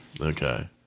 Okay